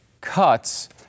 cuts